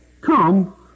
Come